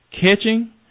catching